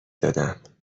دادم